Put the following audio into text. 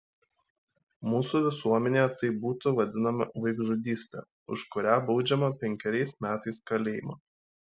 mūsų visuomenėje tai būtų vadinama vaikžudyste už kurią baudžiama penkeriais metais kalėjimo